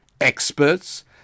experts